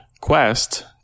quest